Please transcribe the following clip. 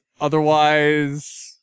otherwise